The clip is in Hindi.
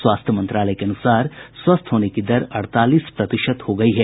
स्वास्थ्य मंत्रालय के अनुसार स्वस्थ होने की दर अड़तालीस प्रतिशत हो गई है